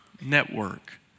Network